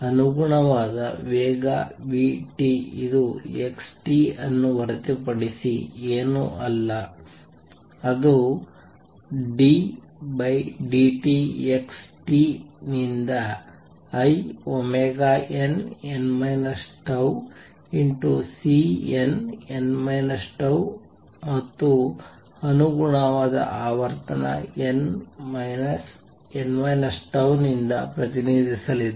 ಅನುಗುಣವಾದ ವೇಗ v t ಇದು xt ಅನ್ನು ಹೊರತುಪಡಿಸಿ ಏನೂ ಅಲ್ಲ ಅದು ddtx ನಿಂದ inn τCnn τ ಮತ್ತು ಅನುಗುಣವಾದ ಆವರ್ತನ nn τ ನಿಂದ ಪ್ರತಿನಿಧಿಸಲಿದೆ